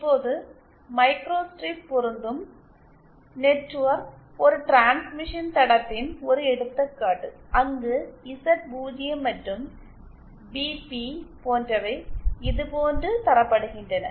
இப்போது மைக்ரோஸ்ட்ரிப் பொருந்தும் நெட்வொர்க் ஒரு டிரான்ஸ்மிஷன் தடத்தின் ஒரு எடுத்துக்காட்டு அங்கு இசட்0 மற்றும் பிபி போன்றவை இதுபோன்று தரப்படுகின்றன